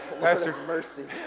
mercy